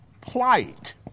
plight